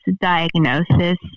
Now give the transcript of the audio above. diagnosis